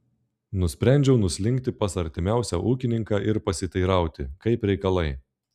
nusprendžiau nuslinkti pas artimiausią ūkininką ir pasiteirauti kaip reikalai